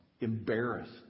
embarrassed